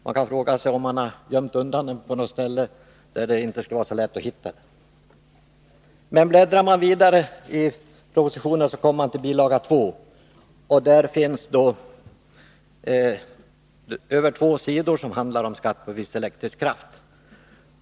Man kan fråga sig om man velat gömma undan förslaget på något ställe där det inte skall vara så lätt att hitta det. Bläddrar man vidare i propositionen kommer man till bil. 2, och där finns över två sidor som handlar om skatt på viss elektrisk kraft.